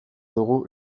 dugu